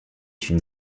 une